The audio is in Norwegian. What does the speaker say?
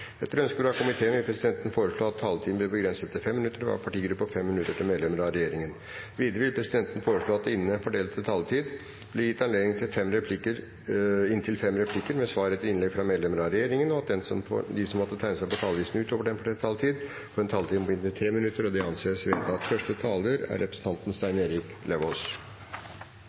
Etter ønske fra kommunal- og forvaltningskomiteen vil presidenten foreslå at taletiden blir begrenset til 5 minutter til hver partigruppe og 5 minutter til medlemmer av regjeringen. Videre vil presidenten foreslå at det – innenfor den fordelte taletid – blir gitt anledning til inntil fem replikker med svar etter innlegg fra medlemmer av regjeringen, og at de som måtte tegne seg på talerlisten utover den fordelte taletid, får en taletid på inntil 3 minutter. – Det anses vedtatt. I dette dokumentet fremmes det ti forslag, og forslagsstillerne viser til at